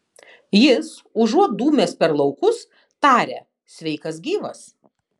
jis užuot dūmęs per laukus taria sveikas gyvas